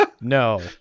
No